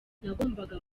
nagombaga